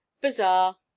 Bazaar